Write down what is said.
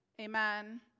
amen